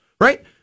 right